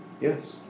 Yes